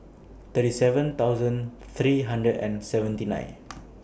thirty seven thousand three hundred and seventy nine